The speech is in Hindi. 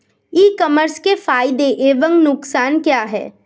ई कॉमर्स के फायदे एवं नुकसान क्या हैं?